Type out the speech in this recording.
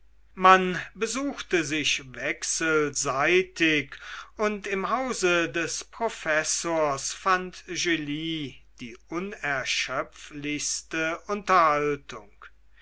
man besuchte sich wechselseitig und im hause des professors fand julie die unerschöpflichste unterhaltung